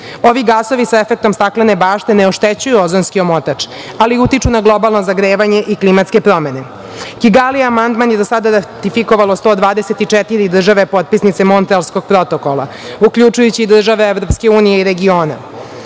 Ovi gasovi sa efektom staklene bašte ne oštećuju ozonski omotač, ali utiču na globalno zagrevanje i klimatske promene. Kigali amandman je do sada ratifikovalo 124 države potpisnice Montrealskog protokola, uključujući i države Evropske unije i regiona. Obaveza